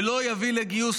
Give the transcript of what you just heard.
ולא יביא לגיוס,